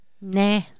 Nah